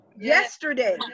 Yesterday